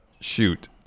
shoot